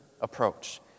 approach